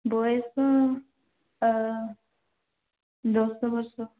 ବୟସ ତା'ର ଦଶ ବର୍ଷ